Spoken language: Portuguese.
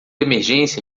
emergência